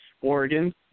Oregon